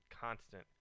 constant